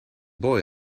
boy